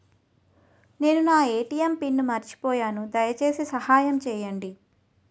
నేను నా ATM pin మర్చిపోయాను, దయచేసి సహాయం చేయండి